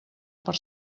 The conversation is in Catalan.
per